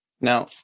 now